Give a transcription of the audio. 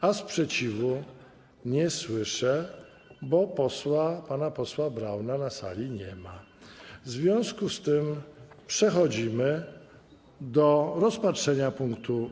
A sprzeciwu nie słyszę, bo pana posła Brauna na sali nie ma, w związku z czym przechodzimy do rozpatrzenia punktu 6.